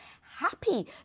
happy